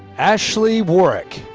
ashley warrick.